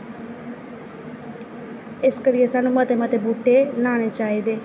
इस करियै सानूं मते मते बूहटे लाने चाहिदे